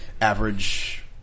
average